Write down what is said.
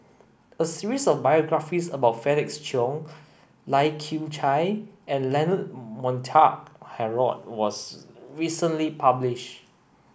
a series of biographies about Felix Cheong Lai Kew Chai and Leonard Montague Harrod was recently publish